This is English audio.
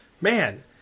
man